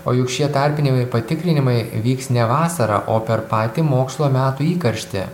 o juk šie tarpiniai patikrinimai vyks ne vasarą o per patį mokslo metų įkarštį